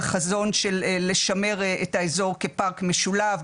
חזון של לשמר את האזור כפארק משולב,